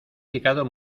picado